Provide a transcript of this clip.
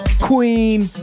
Queen